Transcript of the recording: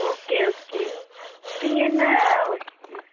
okay okay நீங்கள் என்ன ம்